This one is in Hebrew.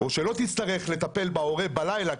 או שלא תצטרך לטפל בהורה בלילה,